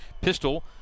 pistol